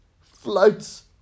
floats